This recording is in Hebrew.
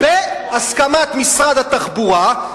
בהסכמת משרד התחבורה,